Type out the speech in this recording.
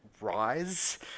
rise